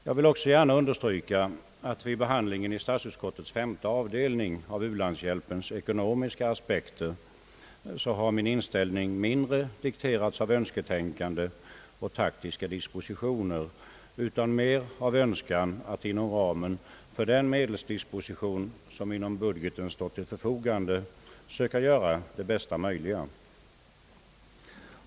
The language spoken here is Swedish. Jag vill också gärna understryka, att vid behandlingen i statsutskottets 5:e avdelning av u-landshjälpens ekonomiska aspekter, har min inställning mindre dikterats av önsketänkande och taktiska dispositioner än av en önskan att” inom ramen för den medelsdisposition som inom budgeten stått till förfogande söka göra det bästa möjliga.